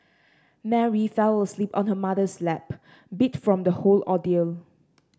Mary fell asleep on her mother's lap beat from the whole ordeal